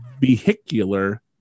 vehicular